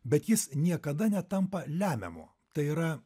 bet jis niekada netampa lemiamu tai yra